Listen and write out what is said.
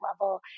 level